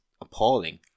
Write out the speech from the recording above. appalling